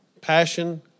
Passion